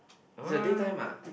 it's a day time ah